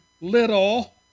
little